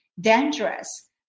dangerous